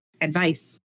advice